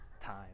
time